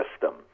system